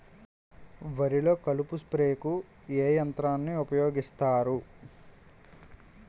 వరిలో కలుపు స్ప్రేకు ఏ యంత్రాన్ని ఊపాయోగిస్తారు?